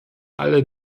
alle